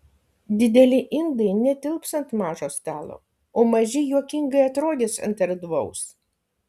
dideli indai netilps ant mažo stalo o maži juokingai atrodys ant erdvaus